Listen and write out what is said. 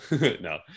No